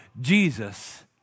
Jesus